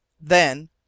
Then